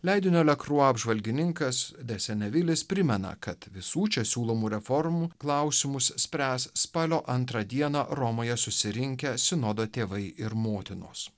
leidinio lekrua apžvalgininkas desenevilis primena kad visų čia siūlomų reformų klausimus spręs spalio antrą dieną romoje susirinkę sinodo tėvai ir motinos